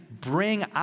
bring